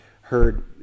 heard